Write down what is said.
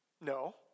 No